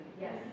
Yes